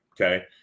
okay